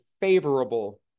favorable